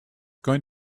going